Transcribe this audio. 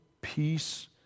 peace